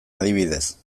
adibidez